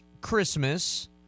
Christmas